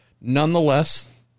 nonetheless